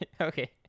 Okay